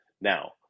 Now